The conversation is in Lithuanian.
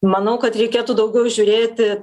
manau kad reikėtų daugiau žiūrėti